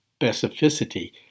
specificity